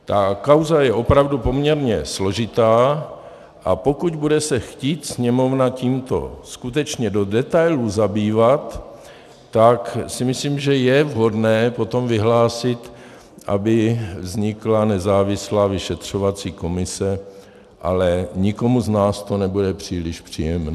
Ta kauza je opravdu poměrně složitá, a pokud se bude chtít Sněmovna tímto skutečně do detailů zabývat, tak si myslím, že je vhodné potom vyhlásit, aby vznikla nezávislá vyšetřovací komise, ale nikomu z nás to nebude příliš příjemné.